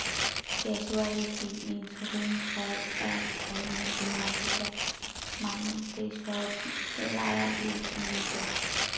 casualty insurance হয় এক ধরনের বীমা যেটা মানুষদের সব লায়াবিলিটি মিটায়